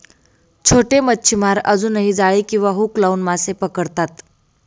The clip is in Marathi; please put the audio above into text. छोटे मच्छीमार अजूनही जाळी किंवा हुक लावून मासे पकडतात